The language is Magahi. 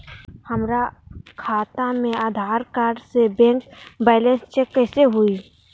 हमरा खाता में आधार कार्ड से बैंक बैलेंस चेक कैसे हुई?